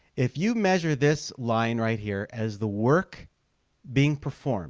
if you measure this line right here as the work being performed